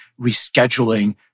rescheduling